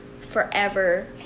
forever